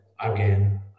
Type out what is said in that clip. again